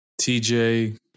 TJ